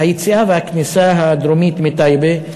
היציאה והכניסה הדרומית בטייבה.